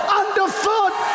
underfoot